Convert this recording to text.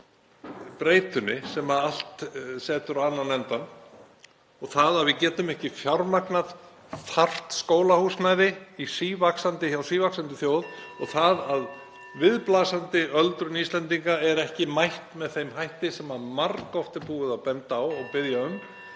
breytunni sem allt setur á annan endann. Það að við getum ekki fjármagnað þarft skólahúsnæði hjá sívaxandi þjóð og það að viðblasandi öldrun Íslendinga (Forseti hringir.) er ekki mætt með þeim hætti sem margoft er búið að benda á og biðja um